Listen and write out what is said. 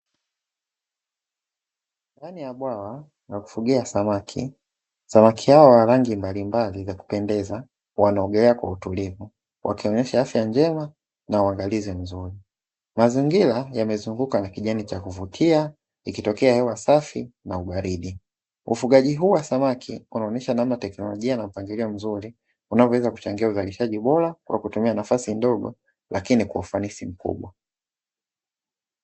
Ndani ya bwawa la kufugia samaki, samaki hawa wa rangi mbalimbali za kupendeza wanaogelea kwa utulivu wakionyesha afya njema na uangalizi mzuri, mazingira yamezunguka na kijani cha kuvutia ikitokea hewa safi na ubaridi, ufugaji huu wa samaki unaonyesha namna teknologia na mpangilio mzuri unavyoweza kuchangia uzalishaji bora kwa kutumia nafasi ndogo lakini kwa kufanisi mkubwa.